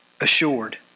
assured